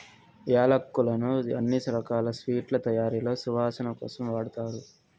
యాలక్కులను అన్ని రకాల స్వీట్ల తయారీలో సువాసన కోసం వాడతారు